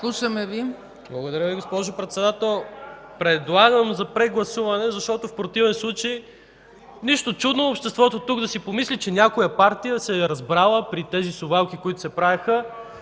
(Атака): Благодаря Ви, госпожо Председател. Предлагам прегласуване, защото в противен случай нищо чудно обществото да си помисли, че някоя партия се е разбрала – при тези совалки, които се правеха